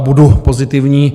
Budu pozitivní.